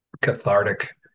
cathartic